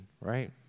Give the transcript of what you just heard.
right